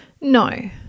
No